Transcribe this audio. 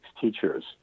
teachers